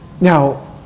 Now